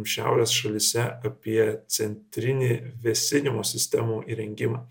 šiaurės šalyse apie centrinį vėsinimo sistemų įrengimą